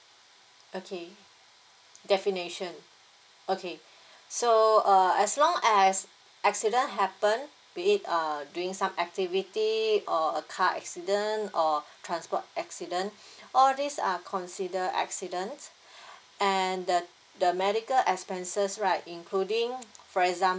okay definition okay so uh as long as accident happened be it uh doing some activity or a car accident or transport accident all these are considered accidents and the the medical expenses right including for exam~